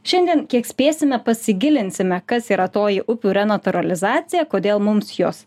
šiandien kiek spėsime pasigilinsime kas yra toji upių renatūralizacija kodėl mums jos